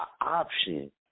option